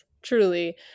truly